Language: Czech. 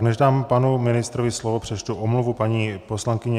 Než dám panu ministrovi slovo, přečtu omluvu paní poslankyně.